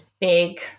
Big